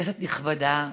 כנסת נכבדה,